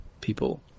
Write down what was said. people